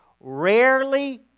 Rarely